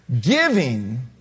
Giving